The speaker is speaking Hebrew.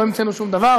לא המצאנו שום דבר,